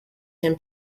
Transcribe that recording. him